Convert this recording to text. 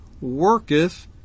worketh